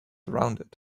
rounded